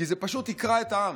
כי זה פשוט יקרע את העם.